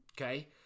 okay